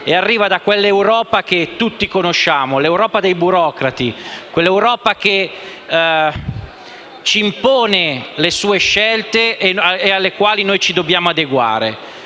arriva da quell'Europa che tutti conosciamo, quella dei burocrati; arriva da quell'Europa che ci impone le sue scelte alle quali noi ci dobbiamo adeguare.